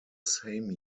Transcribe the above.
same